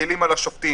מקלים על השופטים.